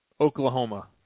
Oklahoma